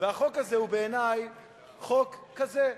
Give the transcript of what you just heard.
והחוק הזה הוא בעיני חוק כזה,